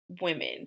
women